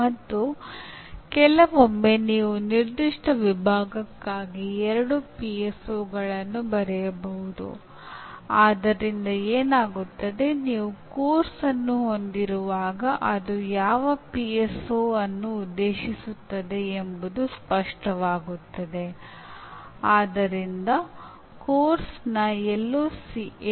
ಉದಾಹರಣೆಗೆ ಕಲಿಯುವವರಾಗಿ "ಬಾಂಧವ್ಯ ಬೆಳಸುವಿಕೆ" ಈ ಪರಿಕಲ್ಪನೆ ಏನು ಮತ್ತು ನಿಮ್ಮ ವಿಷಯಕ್ಕೆ ಸಂಬಂಧಿಸಿದಂತೆ ಅದು ನಿಮಗೆ ಹೇಗೆ ಉಪಯುಕ್ತವಾಗಲಿದೆ ಎಂಬುದನ್ನು ನೀವೇ ಅನ್ವೇಷಿಸಬಹುದು